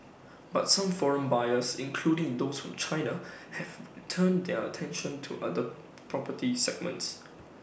but some foreign buyers including those from China have turned their attention to other property segments